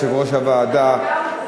יושב-ראש הוועדה,